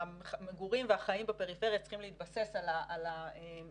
המגורים והחיים בפריפריה צריכים להתבסס על תעסוקה,